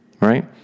right